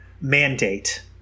mandate